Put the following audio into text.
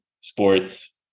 sports